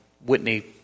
Whitney